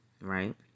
right